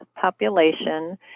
population